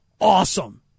awesome